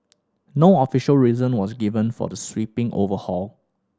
no official reason was given for the sweeping overhaul